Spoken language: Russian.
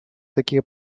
такие